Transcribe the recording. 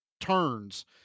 turns